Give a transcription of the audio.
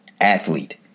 athlete